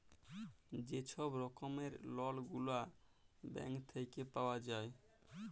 যে ছব রকমের লল গুলা ব্যাংক থ্যাইকে পাউয়া যায়